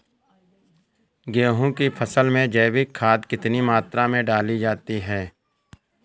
गेहूँ की फसल में जैविक खाद कितनी मात्रा में डाली जाती है?